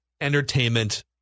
entertainment